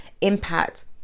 impact